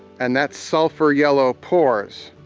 and that's sulfur-yellow pores.